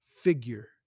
figure